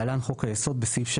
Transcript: תיקון סעיף 6